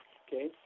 okay